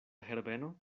herbeno